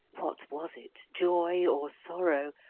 what was it joy, or sorrow?